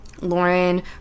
Lauren